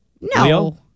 No